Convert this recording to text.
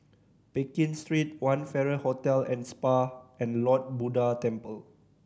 Pekin Street One Farrer Hotel and Spa and Lord Buddha Temple